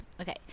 okay